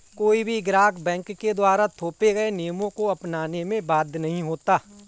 कोई भी ग्राहक बैंक के द्वारा थोपे गये नियमों को अपनाने में बाध्य नहीं होता